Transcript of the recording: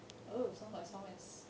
oh sounds like someone is